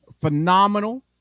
phenomenal